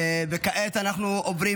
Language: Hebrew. כעת אנחנו עוברים